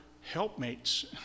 helpmates